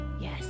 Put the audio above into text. yes